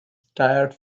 tired